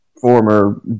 former